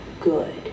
good